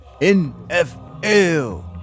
NFL